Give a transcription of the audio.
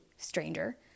stranger